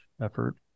effort